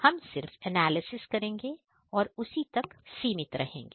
हम सिर्फ एनालिसिस करेंगे और उसी तक सीमित रहेंगे